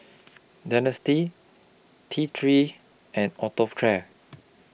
Dentiste T three and Atopiclair